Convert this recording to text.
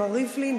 מר ריבלין,